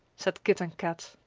said kit and kat.